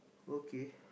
okay